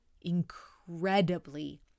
incredibly